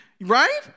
Right